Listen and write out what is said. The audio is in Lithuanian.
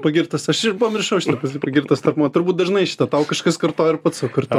pagirtas aš ir pamiršau žinok esi pagirtas tarp moterų turbūt dažnai šitą tau kažkas kartoja ir pats sau kartoji